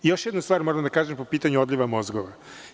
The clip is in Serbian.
Još jednu stvar moram da kažem po pitanju odliva mozgova.